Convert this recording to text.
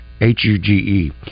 H-U-G-E